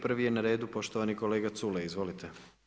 Prvi je na redu poštovani kolega Culej, izvolite.